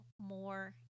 more